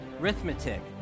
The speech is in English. Arithmetic